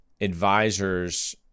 advisors